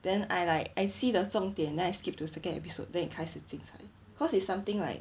then I like I see 的重点 then I skip to second episode then it 开始精彩 cause it's something like